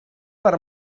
per